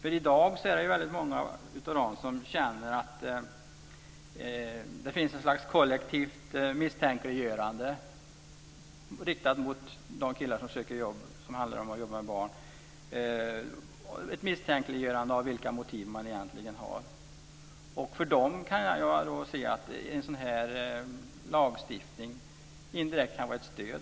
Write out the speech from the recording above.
I dag är det väldigt många av dem som känner att det finns ett slags kollektivt misstänkliggörande riktat mot de killar som söker jobb som innebär att man arbetar med barn. Det är ett misstänkliggörande av vilka motiv man egentligen har. För dem kan jag se att en sådan här lagstiftning indirekt kan vara ett stöd.